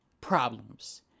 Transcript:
problems